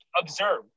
observe